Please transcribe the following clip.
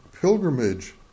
pilgrimage